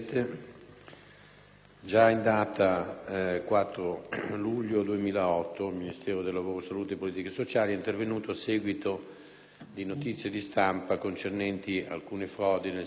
già in data 4 luglio 2008 il Ministero del lavoro, salute e politiche sociali è intervenuto a seguito di notizie di stampa concernenti alcune frodi nel settore